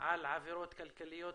על עבירות כלכליות